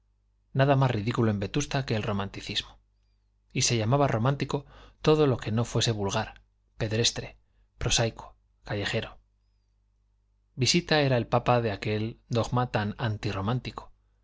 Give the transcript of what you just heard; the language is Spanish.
nada más ridículo en vetusta que el romanticismo y se llamaba romántico todo lo que no fuese vulgar pedestre prosaico callejero visita era el papa de aquel